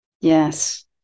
Yes